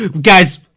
Guys